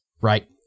right